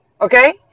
Okay